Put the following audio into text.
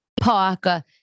Parker